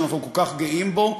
שאנחנו כל כך גאים בו,